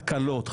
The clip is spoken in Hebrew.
תקלות,